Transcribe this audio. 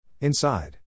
Inside